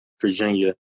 Virginia